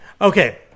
Okay